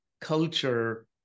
culture